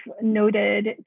noted